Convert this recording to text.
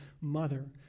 mother